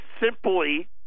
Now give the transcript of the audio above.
simply